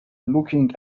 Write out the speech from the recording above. looking